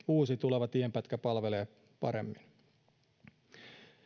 uusi tuleva tienpätkä palvelee paremmin elinkeinoelämän kolmekymmenmetrisiä rekkakuljetuksia